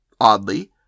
Oddly